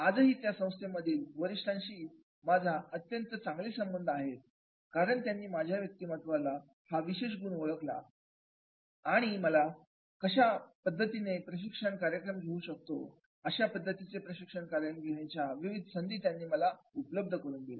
आजही त्या संस्थांमधील वरिष्ठांशी माझ्या अत्यंत चांगले संबंध आहेत कारण त्यांनी माझ्या व्यक्तिमत्त्वातला हा विशेष गुण ओळखला आणि मी कशा पद्धतीचे प्रशिक्षण कार्यक्रम घेऊ शकतो अशा पद्धतीच्या प्रशिक्षण कार्यक्रम घेण्यासाठी च्या विविध संधी त्यांनी मला उपलब्ध करून दिल्या